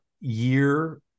year